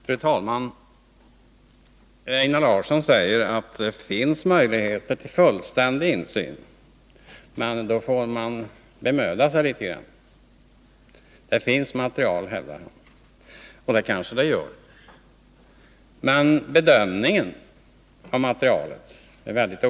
Fru talman! Einar Larsson säger att det finns möjligheter till fullständig insyn, men att man då får bemöda sig litet grand. Det finns material, hävdar han. Det kanske det gör, men bedömningen av materialet varierar mycket.